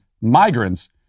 migrants